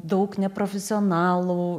daug neprofesionalų